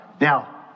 Now